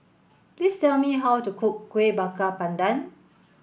please tell me how to cook Kueh Bakar Pandan